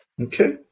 Okay